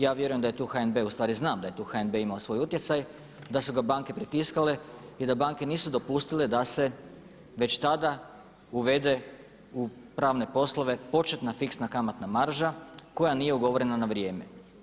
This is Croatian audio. Ja vjerujem da je tu HNB ustvari znam da je tu HNB imao svoj utjecaj, da su ga banke pritiskale i da banke nisu dopustile da se već tada uvede u pravne poslove početna fiksna kamatna marža koja nije ugovorena na vrijeme.